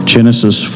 Genesis